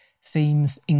seems